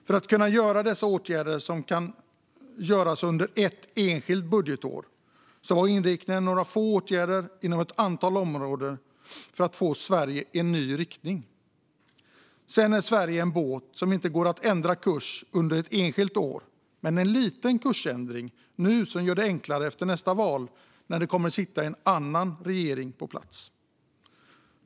För att kunna genomföra dessa åtgärder under ett enskilt budgetår är inriktningen några få åtgärder inom ett antal områden för att få Sverige i en ny riktning. Sedan är Sverige en båt som inte kan ändra kurs under ett enskilt år men kan göra en liten kursändring nu som gör det enklare efter nästa val, då det kommer att sitta en annan regering på plats.